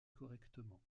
correctement